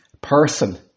person